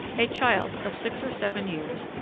a child of six or seven years,